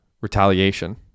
Retaliation